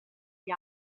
gli